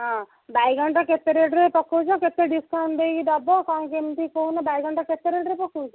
ହଁ ବାଇଗଣଟା କେତେ ରେଟ୍ ରେ ପକଉଛ କେତେ ଡିସକାଉଣ୍ଟ ଦେଇକି ଦେବ କଣ କେମତି କହୁନ ବାଇଗଣଟା କେତେ ରେଟ୍ ରେ ପକଉଛ